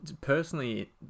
Personally